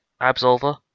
Absolver